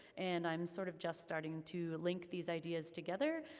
and i'm sort of just starting to link these ideas together.